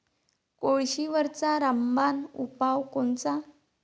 कोळशीवरचा रामबान उपाव कोनचा?